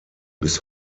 bis